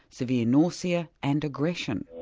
severe nausea and aggression.